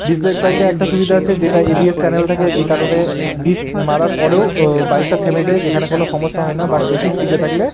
disk brake বাইকের একটা সুবিধা আছে যেটায় এভিএস চ্যানেল থাকে যে কারণে ডিস্ক মারার পরেও বাইকটা থেমে যায় যেখানে কোনো সমস্যা হয় না বাট বেশি স্পিডে থাকলে